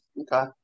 Okay